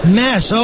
mess